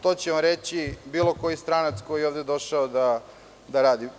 To će vam reći bilo koji stranac koji je došao ovde da radi.